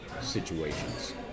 situations